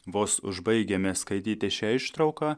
vos užbaigiame skaityti šią ištrauką